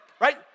Right